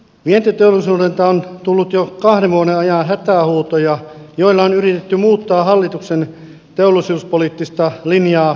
vientiteollisuudelta on tullut jo kahden vuoden ajan hätähuutoja joilla on yritetty muuttaa hallituksen teollisuuspoliittista linjaa ystävällisemmäksi turhaan